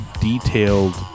detailed